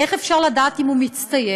איך אפשר לדעת אם הוא מצטיין?